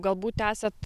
galbūt esat